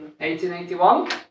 1881